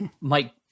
mike